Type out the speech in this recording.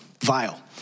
vile